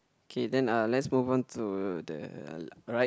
okay then uh let's move on to the right